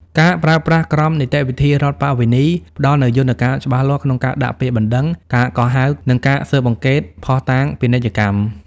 ការប្រើប្រាស់ "ក្រមនីតិវិធីរដ្ឋប្បវេណី" ផ្ដល់នូវយន្តការច្បាស់លាស់ក្នុងការដាក់ពាក្យបណ្ដឹង ការកោះហៅ និងការស៊ើបអង្កេតភស្តុតាងពាណិជ្ជកម្ម។